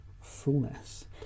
fullness